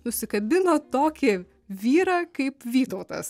nusikabino tokį vyrą kaip vytautas